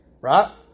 right